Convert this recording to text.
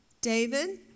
David